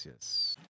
yes